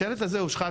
השלט הזה הושחת